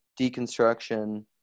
deconstruction